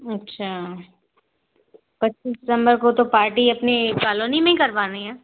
अच्छा पच्चीस दिसम्बर को तो पार्टी अपनी कॉलोनी में ही करवानी है